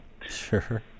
sure